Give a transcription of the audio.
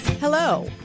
Hello